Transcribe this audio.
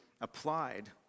applied